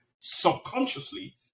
subconsciously